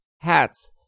hats